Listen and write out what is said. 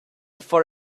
for